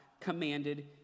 commanded